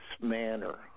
manner